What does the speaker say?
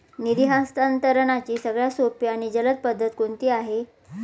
निधी हस्तांतरणाची सगळ्यात सोपी आणि जलद पद्धत कोणती आहे?